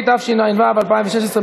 התשע"ו 2016,